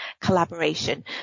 collaboration